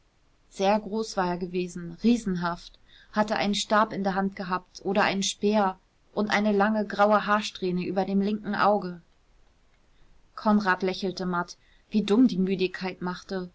sehr groß war er gewesen riesenhaft hatte einen stab in der hand gehabt oder einen speer und eine lange graue haarsträhne über dem linken auge konrad lächelte matt wie dumm die müdigkeit machte